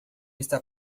está